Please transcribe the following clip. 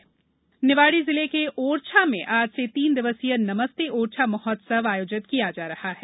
नमस्ते ओरछा निवाड़ी जिले के ओरछा में आज से तीन दिवसीय नमस्ते ओरछा महोत्सव आयोजित किया जा रहा है